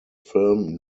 film